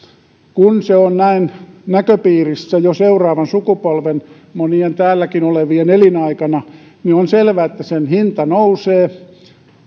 kun se on näin jo näköpiirissä seuraavan sukupolven monien täälläkin olevien elinaikana niin on selvää että sen hinta nousee